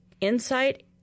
insight